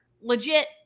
legit